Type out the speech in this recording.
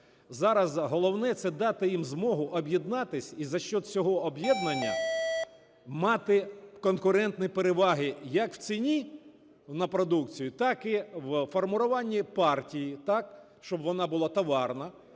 Зараз головне - це дати їм змогу об'єднатись і за счет цього об'єднання мати конкурентні переваги як в ціні на продукцію, так і в формуванні партії, так, щоб вона була товарна